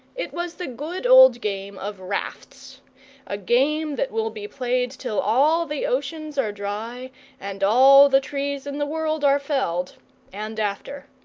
it was the good old game of rafts a game that will be played till all the oceans are dry and all the trees in the world are felled and after.